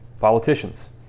politicians